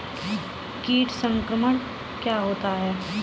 कीट संक्रमण क्या होता है बताएँ?